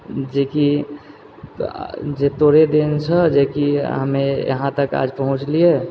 जेकि जे तोरे देन छऽ जेकि हमे यहाँ तक आज पहुँचलिए